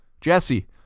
Jesse